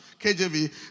KJV